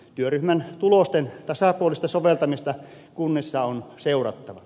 työryhmän tulosten tasapuolista soveltamista kunnissa on seurattava